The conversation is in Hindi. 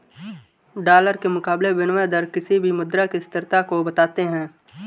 डॉलर के मुकाबले विनियम दर किसी भी मुद्रा की स्थिरता को बताते हैं